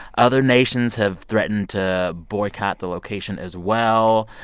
other nations have threatened to boycott the location, as well.